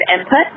input